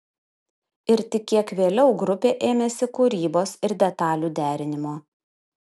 ir tik kiek vėliau grupė ėmėsi kūrybos ir detalių derinimo